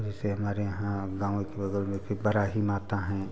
जैसे हमारे यहाँ गाँव के बगल में फिर वाराही माता हैं